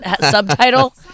subtitle